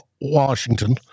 Washington